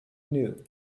new